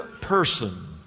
person